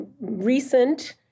recent